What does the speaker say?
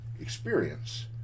experience